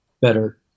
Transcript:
better